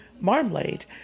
marmalade